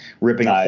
ripping